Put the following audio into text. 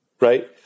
right